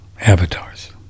avatars